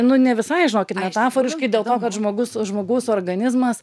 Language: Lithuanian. nu ne visai žinokit metaforiškai dėl to kad žmogus žmogaus organizmas